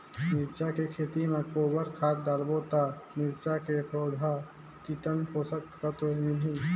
मिरचा के खेती मां गोबर खाद डालबो ता मिरचा के पौधा कितन पोषक तत्व मिलही?